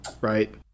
Right